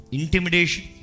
intimidation